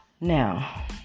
Now